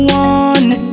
one